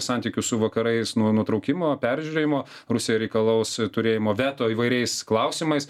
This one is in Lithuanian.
santykių su vakarais nu nutraukimo peržiūrėjimo rusija reikalaus turėjimo veto įvairiais klausimais